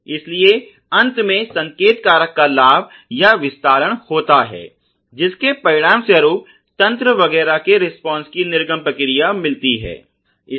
और इसलिए अंत में संकेत कारक का लाभ या विस्तारण होता है जिसके परिणामस्वरूप तंत्र वगैरह के रिस्पांस की निर्गम प्रक्रिया मिलती है